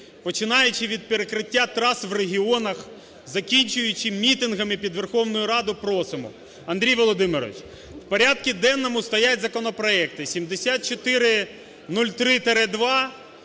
починаючи від перекриття трас в регіонах, закінчуючи мітингами під Верховною Радою, просимо. Андрій Володимирович, в порядку денному стоять законопроекти 7403-2